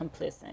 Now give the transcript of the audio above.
complicit